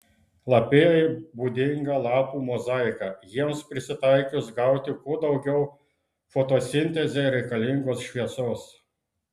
lapijai būdinga lapų mozaika jiems prisitaikius gauti kuo daugiau fotosintezei reikalingos šviesos